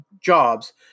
jobs